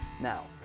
Now